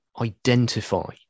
identify